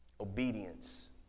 obedience